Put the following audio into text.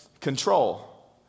control